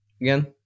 again